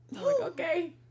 Okay